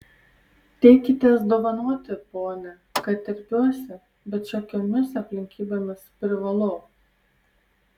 teikitės dovanoti pone kad terpiuosi bet šiokiomis aplinkybėmis privalau